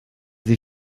sie